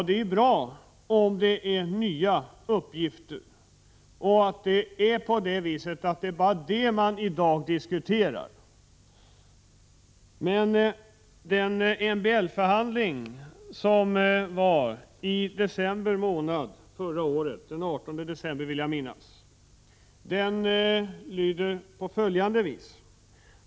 Det är bra om de nya uppgifterna är riktiga och om det bara är det man i dag diskuterar. Men protokollet från den MBL-förhandling som fördes i december månad förra året — jag vill minnas att det var den 18 december — visar följande.